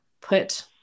put